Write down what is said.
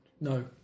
No